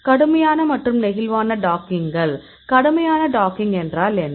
கடுமையான மற்றும் நெகிழ்வான டாக்கிங்கள் கடுமையான டாக்கிங் என்றால் என்ன